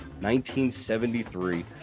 1973